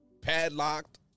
padlocked